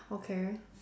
okay